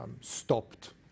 stopped